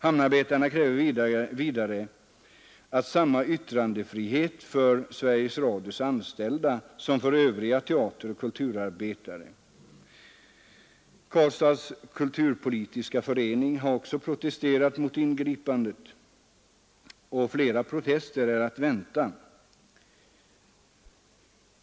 Hamnarbetarna kräver vidare samma yttrandefrihet för Sveriges Radio-TV:s anställda som för övriga teateroch kulturarbetare. Karlstads kulturpolitiska förening har också protesterat mot ingripandet, och flera protester är att vänta.